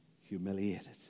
humiliated